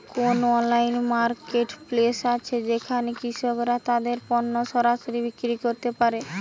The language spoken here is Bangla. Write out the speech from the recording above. কোন অনলাইন মার্কেটপ্লেস আছে যেখানে কৃষকরা তাদের পণ্য সরাসরি বিক্রি করতে পারে?